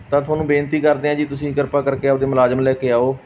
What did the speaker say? ਪਰ ਤੁਹਾਨੂੰ ਬੇਨਤੀ ਕਰਦੇ ਹਾਂ ਜੀ ਤੁਸੀਂ ਕਿਰਪਾ ਕਰਕੇ ਆਪਣੇ ਮੁਲਾਜ਼ਮ ਲੈ ਕੇ ਆਓ